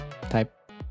type